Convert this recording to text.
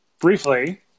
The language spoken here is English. briefly